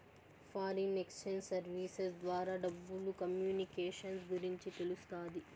foreign exchange services ద్వారా డబ్బులు communications గురించి తెలుస్తాది